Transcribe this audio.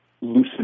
loosen